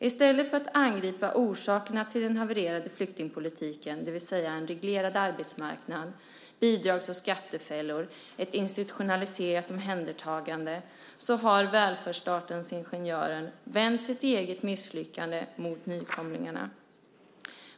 I stället för att angripa orsakerna till den havererade flyktingpolitiken - det vill säga en reglerad arbetsmarknad, bidrags och skattefällor och ett institutionaliserat omhändertagande - har välfärdsstatens ingenjörer vänt sitt eget misslyckande mot nykomlingarna.